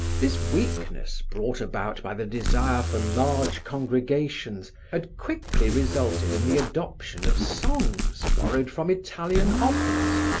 this weakness brought about by the desire for large congregations had quickly resulted in the adoption of songs borrowed from italian operas,